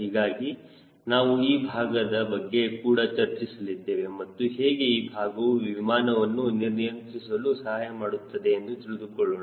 ಹೀಗಾಗಿ ನಾವು ಈ ಭಾಗದ ಬಗ್ಗೆ ಕೂಡ ಚರ್ಚಿಸಲಿದ್ದೇವೆ ಮತ್ತು ಹೇಗೆ ಈ ಭಾಗವು ವಿಮಾನವನ್ನು ನಿಯಂತ್ರಿಸಲು ಸಹಾಯಮಾಡುತ್ತದೆ ಎಂದು ತಿಳಿದುಕೊಳ್ಳೋಣ